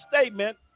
statement